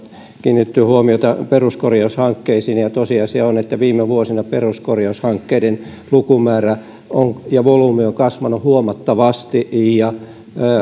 kiinnitetty huomiota peruskorjaushankkeisiin ja tosiasia on että viime vuosina peruskorjaushankkeiden lukumäärä ja volyymi ovat kasvaneet huomattavasti